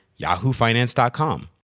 yahoofinance.com